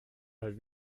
mal